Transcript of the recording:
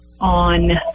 on